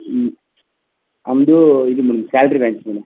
ಹ್ಞೂ ನಮ್ಮದು ಇದು ಮೇಡಮ್ ಸ್ಯಾಲ್ರಿ ಬ್ರ್ಯಾಂಚ್ ಮೇಡಮ್